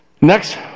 Next